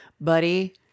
buddy